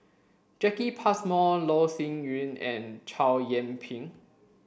Jacki Passmore Loh Sin Yun and Chow Yian Ping